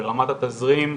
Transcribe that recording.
ברמת התזרים,